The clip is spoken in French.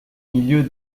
milieu